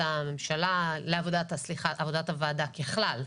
הוועדה ככלל,